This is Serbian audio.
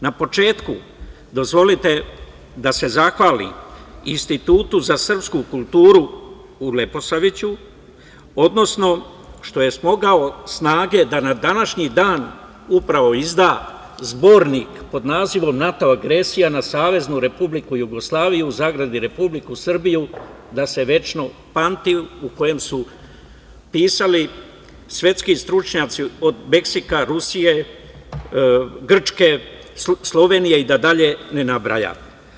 Na početku, dozvolite da se zahvalim Institutu za srpsku kulturu u Leposaviću, odnosno što je smogao snage da na današnji dan upravo izda zbornik pod nazivom - "NATO agresija na Saveznu Republiku Jugoslaviju (Republiku Srbiju), da se večno pamti", u kojem su pisali svetski stručnjaci od Meksika, Rusije, Grčke, Slovenije i da dalje ne nabrajam.